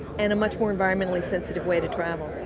and a much more environmentally sensitive way to travel.